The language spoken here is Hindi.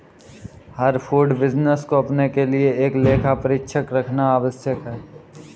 हर फूड बिजनेस को अपने लिए एक लेखा परीक्षक रखना आवश्यक है